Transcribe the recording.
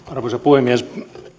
arvoisa puhemies